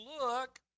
look